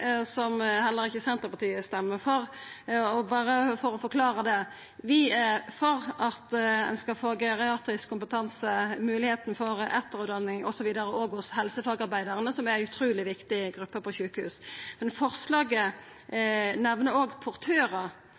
som heller ikkje Senterpartiet stemmer for. Berre for å forklara det: Vi er for geriatrisk kompetanse, moglegheit for etterutdanning osv. òg hos helsefagarbeidarane, som er ei utruleg viktig gruppe på sjukehus, men forslaget nemner òg portørar,